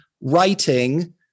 writing